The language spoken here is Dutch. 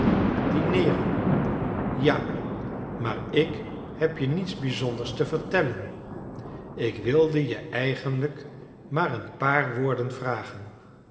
dineeren ja maar ik heb je niets bizonders te vertellen ik wilde je eigenlijk maar een paar woorden vragen